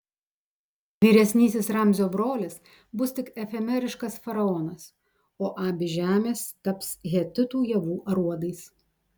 vyresnysis ramzio brolis bus tik efemeriškas faraonas o abi žemės taps hetitų javų aruodais